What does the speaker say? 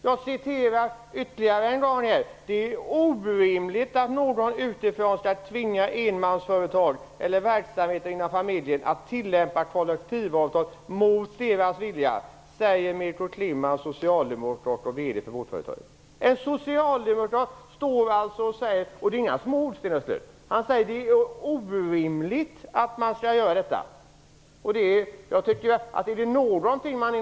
Jag citerar ytterligare en gång samma uttalande: "Det är orimligt att någon utifrån skall kunna tvinga enmansföretag eller verksamheter inom familjen att tillämpa kollektivavtal mot deras vilja, säger Detta säger alltså en socialdemokrat. Det är inga små ord som han använder, utan han säger att det är orimligt att detta skall ske.